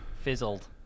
fizzled